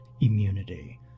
immunity